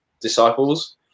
disciples